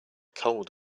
cold